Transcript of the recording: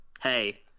hey